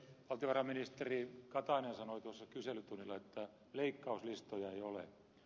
valtiovarainministeri katainen sanoi tuossa kyselytunnilla että leikkauslistoja ei ole